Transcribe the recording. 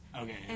Okay